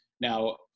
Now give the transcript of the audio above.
Now